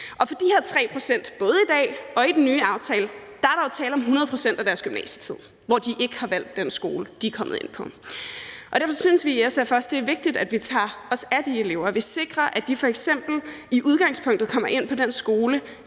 er der jo både i dag og med den nye aftale tale om 100 pct. af deres gymnasietid, hvor de ikke har valgt den skole, de er kommet ind på. Derfor synes vi i SF også, det er vigtigt, at vi tager os af de elever, og at vi sikrer, at de f.eks. i udgangspunktet kommer ind på den skole,